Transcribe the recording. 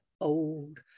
old